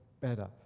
better